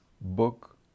book